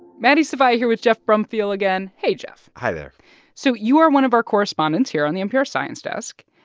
maddie sofia here with geoff brumfiel again. hey, geoff hi there so you are one of our correspondents here on the npr science desk.